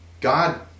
God